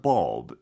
Bob